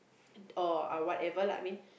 or whatever lah I mean